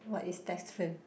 what is test frame